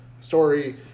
story